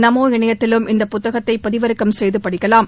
நமோ இணையதளத்திலும் இந்த புத்தகத்தை பதிவிறக்கம் செய்து படிக்கலாம்